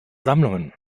sammlungen